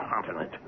continent